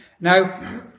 Now